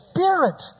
Spirit